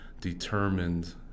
determined